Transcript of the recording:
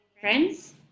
friends